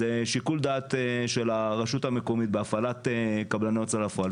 זה שיקול דעת של הרשות המקומית בהפעלת קבלני הוצאה לפועל,